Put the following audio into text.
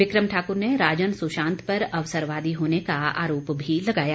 बिक्रम ठाकुर ने राजन सुशांत पर अवसरवादी होने का आरोप भी लगाया